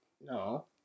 No